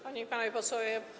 Panie i Panowie Posłowie!